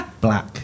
Black